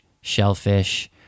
shellfish